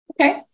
Okay